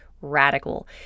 radical